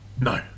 No